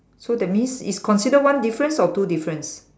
so that means is consider one difference or two difference